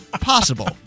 possible